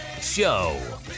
show